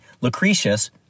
Lucretius